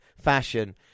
fashion